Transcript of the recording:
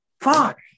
Fuck